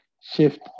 shift